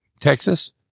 Texas